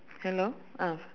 hello ah